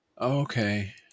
Okay